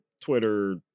Twitter